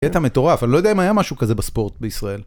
קטע מטורף, אני לא יודע אם היה משהו כזה בספורט בישראל.